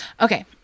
Okay